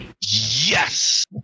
Yes